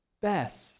best